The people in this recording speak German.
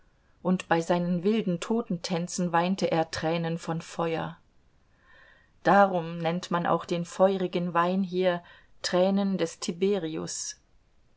und bei seinen wilden totentänzen weinte er tränen von feuer darum nennt man auch den feurigen wein hier tränen des tiberius